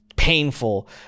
Painful